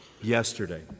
yesterday